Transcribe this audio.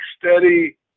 steady